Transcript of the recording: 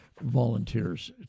volunteers